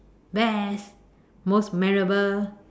best most memorable